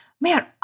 Man